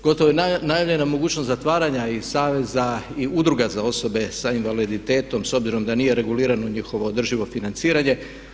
Gotovo je najavljena mogućnost zatvaranja i saveza i udruga za osobe sa invaliditetom s obzirom da nije regulirano njihovo održivo financiranje.